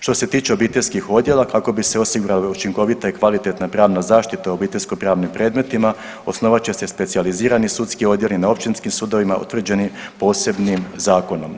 Što se tiče obiteljskih odjela kako bi se osigurala učinkovita i kvalitetna pravna zaštita u obiteljsko pravnim predmetima osnovat će se specijalizirani sudski odjeli na općinskim sudovima utvrđeni posebnim zakonom.